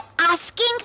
asking